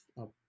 up